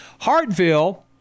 Hartville